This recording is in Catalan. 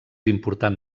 important